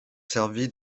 servi